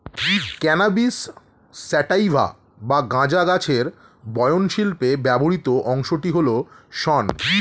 cannabis sativa বা গাঁজা গাছের বয়ন শিল্পে ব্যবহৃত অংশটি হল শন